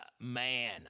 man